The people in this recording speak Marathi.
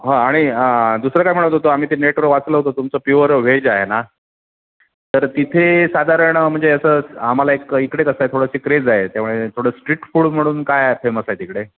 हां आणि दुसरं काय म्हणत होतो आम्ही ते नेटवर वाचलं होतं तुमचं प्युअर व्हेज आहे ना तर तिथे साधारण म्हणजे असं आम्हाला एक इकडे कसं आहे थोडंशी क्रेज आहे त्यामुळे थोडं स्ट्रीट फूड म्हणून काय फेमस आहे तिकडे